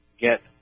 get